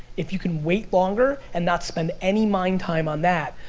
if you can wait longer and not spend any mind time on that,